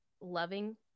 loving